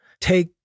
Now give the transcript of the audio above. take